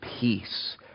peace